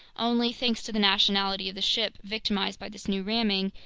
only, thanks to the nationality of the ship victimized by this new ramming,